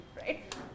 Right